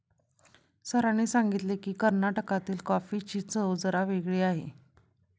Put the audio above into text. सरांनी सांगितले की, कर्नाटकातील कॉफीची चव जरा वेगळी आहे